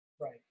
Right